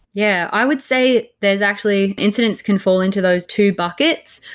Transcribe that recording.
yeah. i would say there's actually incidents can fall into those two buckets.